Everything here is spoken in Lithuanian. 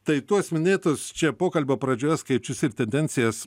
tai tuos minėtus čia pokalbio pradžioje skaičius ir tendencijas